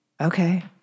okay